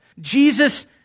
Jesus